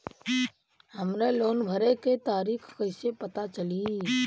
हमरे लोन भरे के तारीख कईसे पता चली?